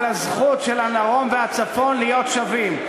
על הזכות של הדרום והצפון להיות שווים.